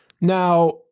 now